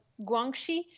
Guangxi